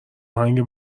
آهنگ